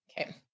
Okay